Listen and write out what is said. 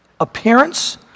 Appearance